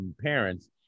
parents